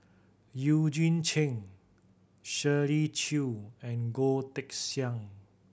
Eugene Chen Shirley Chew and Goh Teck Sian